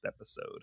episode